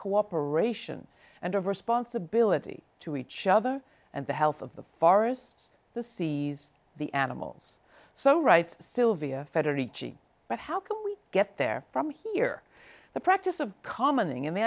cooperation and of responsibility to each other and the health of the forests the seas the animals so right sylvia federici but how can we get there from here the practice of commenting in the